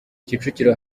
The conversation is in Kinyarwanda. kicukiro